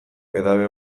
edabe